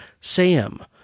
sam